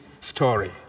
story